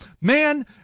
man